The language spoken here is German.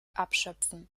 abschöpfen